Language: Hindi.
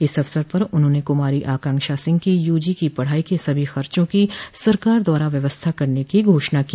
इस अवसर पर उन्होंने कुमारी आकांक्षा सिंह की यूजी की पढ़ाई के सभी खर्चों की सरकार द्वारा व्यवस्था करने की घोषणा की